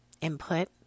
input